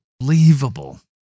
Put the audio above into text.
Unbelievable